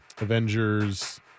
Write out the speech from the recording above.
Avengers